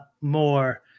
more